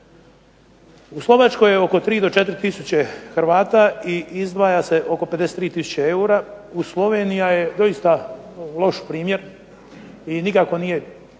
U Slovačkoj je oko 3 do 4 tisuće Hrvata i izdvaja se oko 53 tisuće eura. Slovenija je doista loš primjer i nikako nije